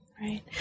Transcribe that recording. Right